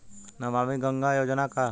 नमामि गंगा योजना का ह?